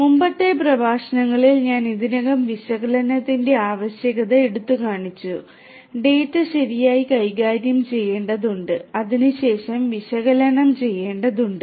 മുമ്പത്തെ പ്രഭാഷണങ്ങളിൽ ഞാൻ ഇതിനകം വിശകലനത്തിന്റെ ആവശ്യകത എടുത്തുകാണിച്ചു ഡാറ്റ ശരിയായി കൈകാര്യം ചെയ്യേണ്ടതുണ്ട് അതിനുശേഷം വിശകലനം ചെയ്യേണ്ടതുണ്ട്